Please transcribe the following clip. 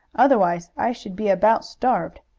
otherwise i should be about starved.